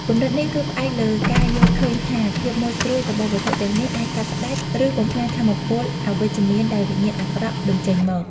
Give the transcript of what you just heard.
គំនិតនេះគឺផ្អែកលើការយល់ឃើញថា ភាពមុតស្រួចរបស់វត្ថុទាំងនេះអាចកាត់ផ្តាច់ ឬបំផ្លាញថាមពលអវិជ្ជមានដែលវិញ្ញាណអាក្រក់បញ្ចេញមក។